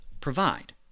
provide